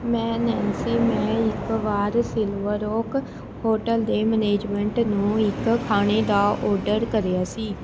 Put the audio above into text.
ਮੈਂ ਨੈਨਸੀ ਮੈਂ ਇੱਕ ਵਾਰ ਸਿਲਵਰ ਰੌਕ ਹੋਟਲ ਦੇ ਮੈਨੇਜਮੈਂਟ ਨੂੰ ਇੱਕ ਖਾਣੇ ਦਾ ਔਡਰ ਕਰਿਆ ਸੀ